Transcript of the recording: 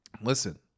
listen